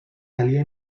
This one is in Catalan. calia